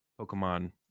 Pokemon